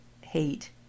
hate